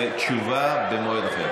והתשובה במועד אחר.